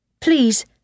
Please